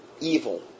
evil